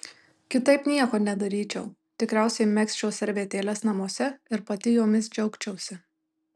kitaip nieko nedaryčiau tikriausiai megzčiau servetėles namuose ir pati jomis džiaugčiausi